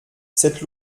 cette